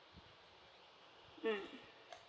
mm